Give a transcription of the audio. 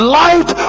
light